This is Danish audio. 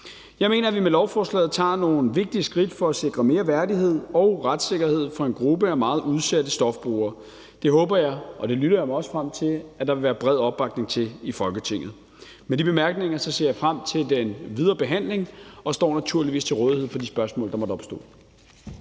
Jeg mener, at vi med lovforslaget tager nogle vigtige skridt for at sikre mere værdighed og retssikkerhed for en gruppe af meget udsatte stofbrugere. Det håber jeg, og det lytter jeg mig også frem til, at der vil være bred opbakning til i Folketinget. Med de bemærkninger ser jeg frem til den videre behandling og står naturligvis til rådighed for de spørgsmål, der måtte opstå.